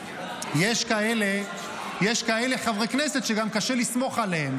יש כאלה חברי כנסת שגם קשה לסמוך עליהם,